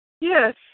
Yes